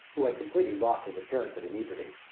who had completely lost his appearance of inebriety,